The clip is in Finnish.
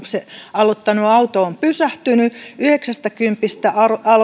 aloittanut auto on pysähtynyt yhdeksästäkympistä